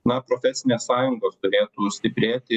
na profesinės sąjungos turėtų stiprėti